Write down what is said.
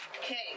Okay